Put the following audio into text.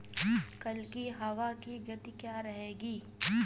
कल की हवा की गति क्या रहेगी?